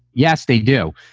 yes, they do.